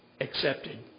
accepted